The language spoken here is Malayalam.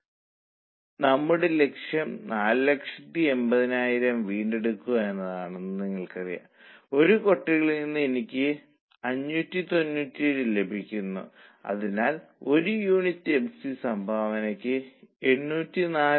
അവർ 25000 ലാഭമാണ് ലക്ഷ്യമിടുന്നതെന്ന് നമുക്കറിയാം ഇത് വളരെ വ്യക്തമായി നൽകിയിരിക്കുന്നു അത് 25000 ബഡ്ജറ്റ് ലാഭത്തിലേക്ക് നയിക്കും